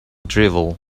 drivel